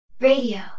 Radio